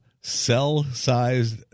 Cell-sized